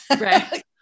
Right